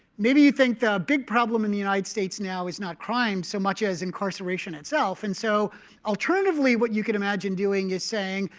maybe you think the big problem in the united states now is not crime, so much as incarceration itself. and so alternatively, what you could imagine doing is saying,